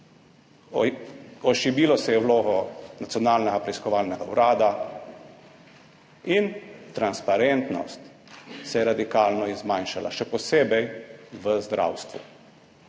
Ošibilo se je vlogo Nacionalnega preiskovalnega urada in transparentnost se je radikalno zmanjšala, še posebej v zdravstvu.